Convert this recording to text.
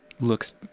looks